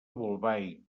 bolbait